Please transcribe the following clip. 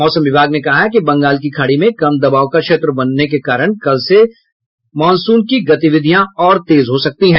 मौसम विभाग ने कहा है कि बंगाल की खाड़ी में कम दबाव का क्षेत्र बनने के कारण कल से राज्य में मॉनसून की गतिविधियाँ और तेज हो सकती है